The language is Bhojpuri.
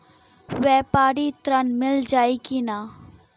व्यापारी ऋण मिल जाई कि ना?